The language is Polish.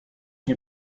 nie